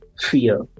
fear